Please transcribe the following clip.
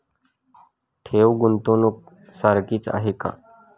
ठेव, गुंतवणूक सारखीच आहे का?